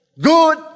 good